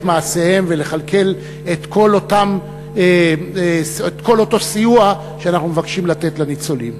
מעשיהם ולכלכל את כל אותו סיוע שאנחנו מבקשים לתת לניצולים.